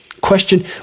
Question